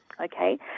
Okay